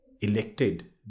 elected